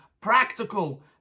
practical